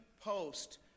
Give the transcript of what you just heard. post